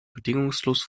bedingungslos